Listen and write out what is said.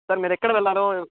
sir మీరేక్కడ వెళ్లాలో